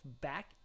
back